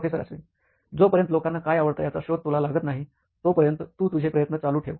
professor Ashwin जोपर्यंत लोकांना काय आवडतं याचा शोध तुला लागत नाही तोपर्यंत तू तुझे प्रयत्न चालू ठेव